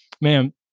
man